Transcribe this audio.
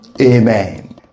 Amen